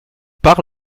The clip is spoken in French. par